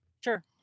Sure